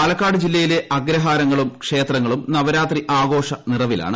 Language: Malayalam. പാലക്കാട് ജില്ലയിലെ അഗ്രഹാരങ്ങളും ക്ഷേത്രങ്ങളും നവരാത്രി ആഘോഷ നിറവിലാണ്